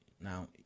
Now